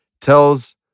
tells